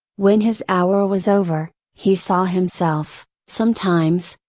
when his hour was over, he saw himself, sometimes,